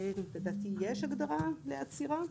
לדעתי יש הגדרה לעצירה.